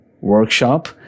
workshop